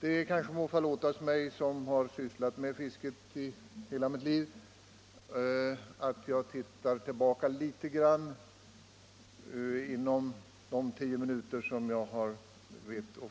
Det kanske må förlåtas mig, som har sysslat med fiske i hela mitt liv, att titta tillbaka litet grand under de tio minuter jag har